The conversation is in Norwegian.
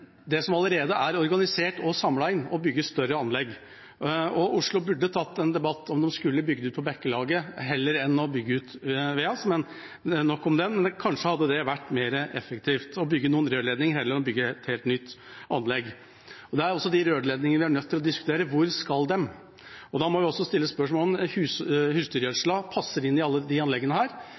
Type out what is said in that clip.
som allerede er organisert og samlet inn, og bygge større anlegg. Oslo burde tatt en debatt om en skulle bygge ut på Bekkelaget heller enn å bygge ut VEAS, men nok om det. Kanskje hadde det vært mer effektivt å bygge noen rørledninger heller enn å bygge et helt nytt anlegg. Det er også rørledningene vi er nødt til å diskutere: Hvor skal de? Da må vi også stille spørsmålet om husdyrgjødsla passer inn i alle disse anleggene,